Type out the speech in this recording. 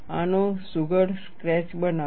આનો સુઘડ સ્કેચ બનાવો